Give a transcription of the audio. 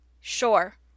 Sure